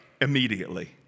immediately